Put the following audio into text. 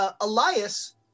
Elias